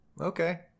Okay